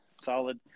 Solid